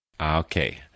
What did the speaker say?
Okay